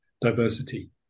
diversity